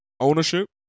Ownership